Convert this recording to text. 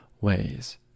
ways